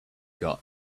got